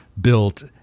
built